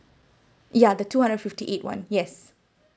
yeah the two hundred fifty eight [one] yes